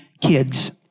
kids